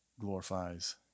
glorifies